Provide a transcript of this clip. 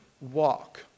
walk